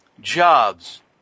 Jobs